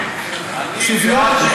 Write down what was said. אני בעד שוויון,